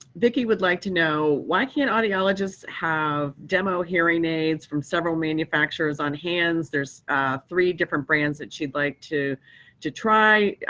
vicky would like to know why can't audiologists have demo hearing aids from several manufacturers on hand? there's three different brands that she'd like to to try.